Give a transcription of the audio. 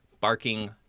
barking